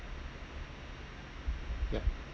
ya